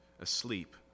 asleep